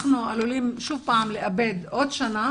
אותם תלמידים עלולים שוב לאבד שנה,